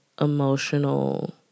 emotional